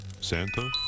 Santa